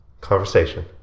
conversation